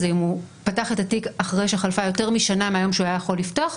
אם הוא פתח את התיק אחרי שחלפה יותר משנה מהיום שהוא היה יכול לפתוח,